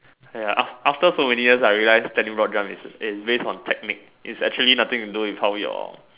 !aiya! after so many years I realize standing broad jump is is based on technique is actually nothing to do with how your